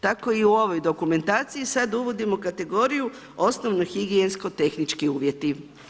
Tako i u ovoj dokumentaciji sad uvodimo kategoriju osnovno higijensko tehnički uvjeti.